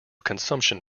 consumption